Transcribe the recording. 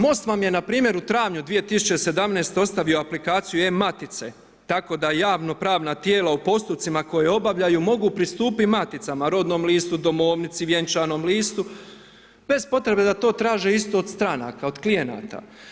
MOST vam je npr. u travnju 2017. ostavio aplikaciju e-matice, tako da javno pravna tijela u postupcima koje obavljaju mogu pristupiti maticama, rodnom listu, domovnici, vjenčanom listu, bez potrebe da to traže isto od stranka, od klijenata.